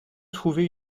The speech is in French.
trouver